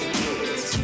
kids